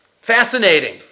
Fascinating